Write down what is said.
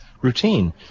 routine